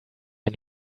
ein